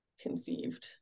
conceived